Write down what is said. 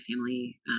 family